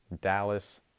Dallas